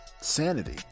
Sanity